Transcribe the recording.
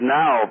now